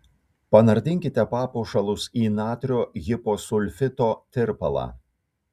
panardinkite papuošalus į natrio hiposulfito tirpalą